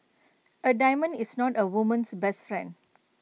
A diamond is not A woman's best friend